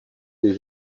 des